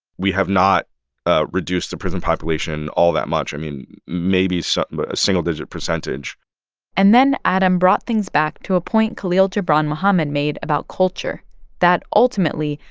we have not ah reduced the prison population all that much i mean, maybe but single-digit percentage and then adam brought things back to a point khalil gibran muhammad made about culture that ultimately,